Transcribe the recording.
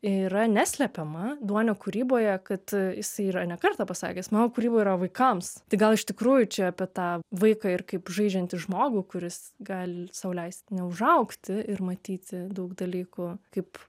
yra neslepiama duonio kūryboje kad jisai yra ne kartą pasakęs mano kūryba yra vaikams tai gal iš tikrųjų čia apie tą vaiką ir kaip žaidžiantį žmogų kuris gali sau leist neužaugti ir matyti daug dalykų kaip